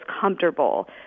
comfortable